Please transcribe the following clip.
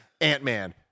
Ant-Man